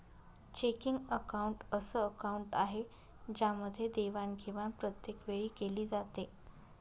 checking account अस account आहे ज्यामध्ये देवाणघेवाण प्रत्येक वेळी केली जाते